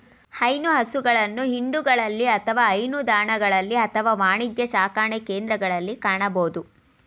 ಹೈನು ಹಸುಗಳನ್ನು ಹಿಂಡುಗಳಲ್ಲಿ ಅಥವಾ ಹೈನುದಾಣಗಳಲ್ಲಿ ಅಥವಾ ವಾಣಿಜ್ಯ ಸಾಕಣೆಕೇಂದ್ರಗಳಲ್ಲಿ ಕಾಣಬೋದು